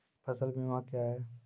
फसल बीमा क्या हैं?